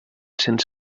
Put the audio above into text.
cents